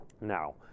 now